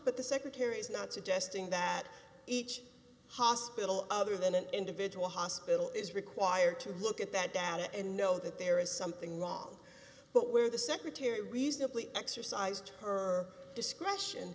but the secretary's not suggesting that each hospital other than an individual hospital is required to look at that data and know that there is something wrong but where the secretary reasonably exercised her discretion